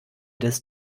des